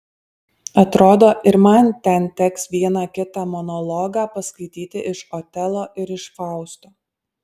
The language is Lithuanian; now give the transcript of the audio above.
atrodo ir man ten teks vieną kitą monologą paskaityti iš otelo ir iš fausto